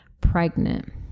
pregnant